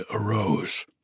arose